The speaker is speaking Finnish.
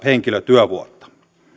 henkilötyövuotta